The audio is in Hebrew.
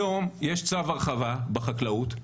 היום יש צו הרחבה בחקלאות,